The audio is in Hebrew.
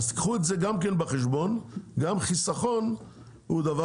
קחו גם את זה בחשבון גם חיסכון הוא דבר